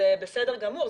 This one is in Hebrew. זה בסדר גמור.